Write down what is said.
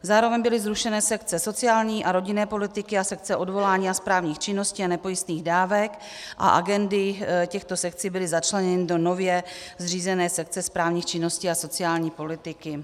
Zároveň byly zrušeny sekce sociální a rodinné politiky a sekce odvolání a správních činností a nepojistných dávek a agendy těchto sekcí byly začleněny do nově zřízené sekce správních činností a sociální politiky.